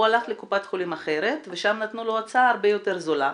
הוא הלך לקופת חולים אחרת ושם נתנו לו הצעה הרבה יותר זולה,